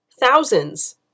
thousands